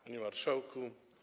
Panie Marszałku!